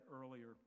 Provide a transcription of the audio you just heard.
earlier